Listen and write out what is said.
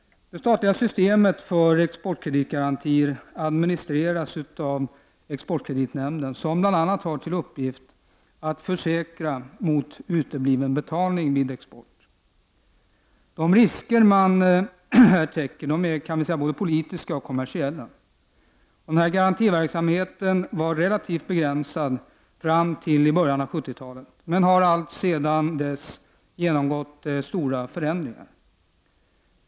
Det statliga systemet för exportkreditgarantier administreras av exportkreditnämnden som bl.a. har till uppgift att försäkra mot utebliven betalning vid export. De risker som täcks är både politiska och kommersiella. Den här garantiverksamheten var relativt begränsad fram till i början av 70-talet, men har alltsedan dess genomgått stora förändringar.